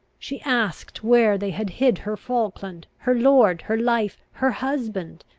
she asked, where they had hid her falkland, her lord, her life, her husband!